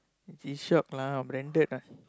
G-shock lah branded ah